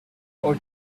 for